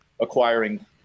acquiring